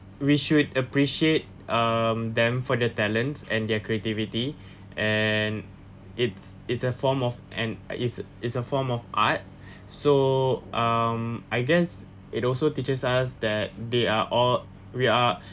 we should appreciate um them for their talent and their creativity and it's it's a form of and it's it's a form of art so um I guess it also teaches us that they are all we are